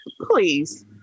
Please